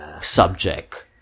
subject